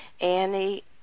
Annie